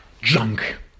junk